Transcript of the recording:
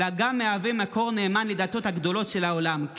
אלא גם מהווה מקור נאמן לדתות הגדולות של העולם.